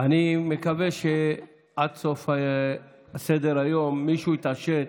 אני מקווה שעד סוף סדר-היום מישהו יתעשת,